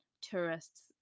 tourists